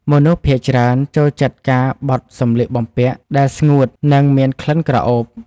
មនុស្សភាគច្រើនចូលចិត្តការបត់សម្លៀកបំពាក់ដែលស្ងួត និងមានក្លិនក្រអូប។